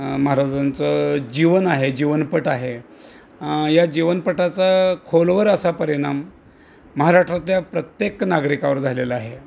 महाराजांचं जीवन आहे जीवनपट आहे या जीवनपटाचा खोलवर असा परिणाम महाराष्ट्रातल्या प्रत्येक नागरिकावर झालेला आहे